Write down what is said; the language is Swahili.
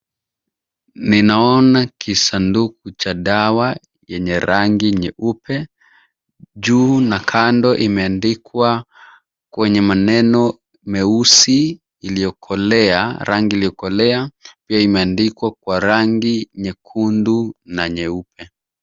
Ninaona kisanduku cha dawa yenye rangi nyeupe. Juu na kando imeandikwa kwenye maneno meusi iliyokolea, rangi iliyokolea, pia imeandikwa kwa rangi nyekundu na nyeupe.